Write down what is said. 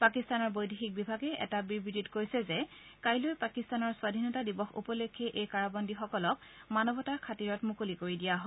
পাকিস্তানৰ বৈদেশিক বিভাগে এটা বিবৃতিত কৈছে যে কাইলৈ পাকিস্তানৰ স্বধীনতা দিৱস উপলক্ষে এই কাৰাবন্দীসকলক মানৱতাৰ খাতিৰত মুকলি দিয়া হয়